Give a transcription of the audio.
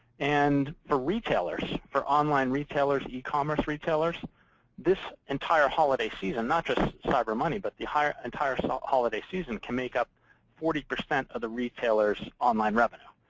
and for retailers for online retailers, e-commerce retailers this entire holiday season not just monday, but the higher entire so holiday season can make up forty percent of the retailers' online revenue.